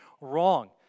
wrong